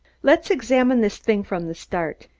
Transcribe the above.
let's examine this thing from the start.